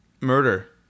murder